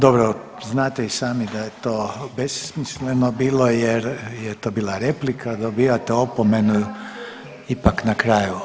Dobro znate i sami da je to besmisleno bilo jer je to bila replika, dobijate opomenu ipak na kraju.